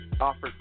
offered